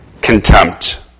contempt